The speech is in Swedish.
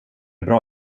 bra